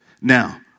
Now